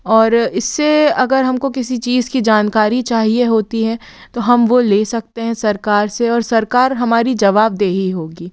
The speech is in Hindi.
और इससे अगर हमको किसी चीज़ की जानकारी चाहिए होती है तो हम वो ले सकते हैं सरकार से और सरकार हमारी जवाबदेही होगी